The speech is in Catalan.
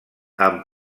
amb